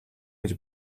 гэж